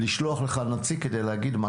לשלוח לך נציג כדי להגיד,